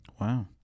Wow